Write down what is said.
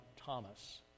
Thomas